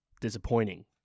disappointing